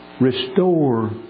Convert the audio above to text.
restore